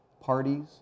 parties